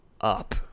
up